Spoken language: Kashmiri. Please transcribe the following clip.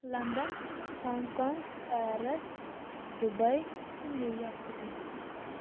London Hong Kong Paris Dubai تہٕ نیو یارٕک سَٹی